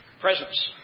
presence